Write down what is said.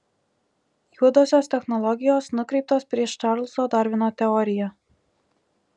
juodosios technologijos nukreiptos prieš čarlzo darvino teoriją